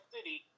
City